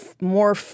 more